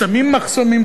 שמים מחסומים,